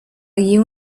you